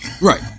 Right